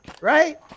right